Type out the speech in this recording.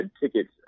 tickets